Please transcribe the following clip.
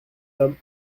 tome